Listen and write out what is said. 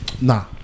Nah